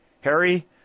Harry